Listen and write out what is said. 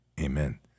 amen